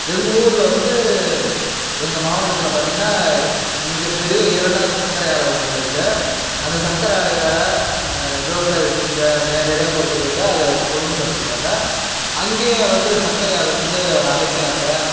எங்கள் ஊரில் வந்து எங்கள் மாவட்டத்தில் பார்த்திங்கன்னா மிகப்பெரிய இரண்டாவது சர்க்கரை ஆலை ஒன்று இருக்குது அந்த சக்கரை ஆலையில் விவசாயம் செஞ்சு நேரடியாக கொண்டு போய்கிட்டு அதை கொள்முதல் பண்ணுறாங்க அங்கயே வந்து சர்க்கரை அது வந்து அரைக்கிறாங்க